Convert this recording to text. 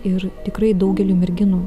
ir tikrai daugeliui merginų